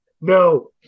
No